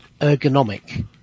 ergonomic